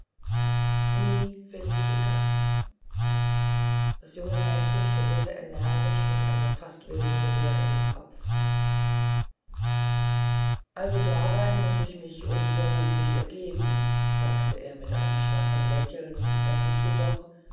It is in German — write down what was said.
nie felicitas das junge mädchen schüttelte energisch mit einer fast wilden gebärde den kopf also darein muß ich mich unwiderruflich ergeben sagte er mit einem schwachen lächeln das sich jedoch